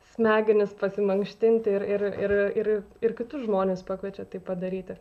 smegenis pasimankštinti ir ir ir ir kitus žmones pakviečia tai padaryti